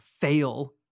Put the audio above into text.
fail